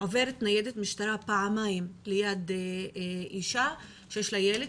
עוברת ניידת משטרה פעמיים ליד אישה שיש לה ילד,